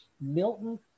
Milton